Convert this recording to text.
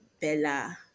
Bella